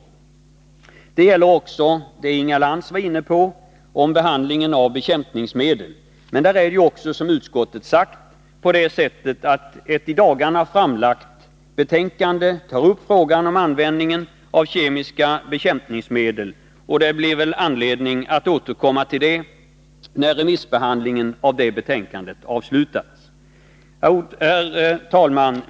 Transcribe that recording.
Detta gäller också det som Inga Lantz var inne på, nämligen behandlingen av bekämpningsmedel. Som utskottet framhållit tas frågan om användning av kemiska bekämpningsmedel upp i ett i dagarna framlagt betänkande. Det blir väl anledning att återkomma till detta, när remissbehandlingen av betänkandet avslutats. Herr talman!